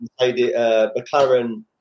McLaren